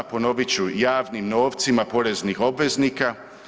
Ponovit ću javnim novcima poreznih obveznika.